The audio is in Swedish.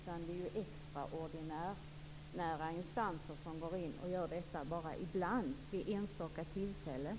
Det är extraordinära instanser som går in och gör detta bara vid enstaka tillfällen.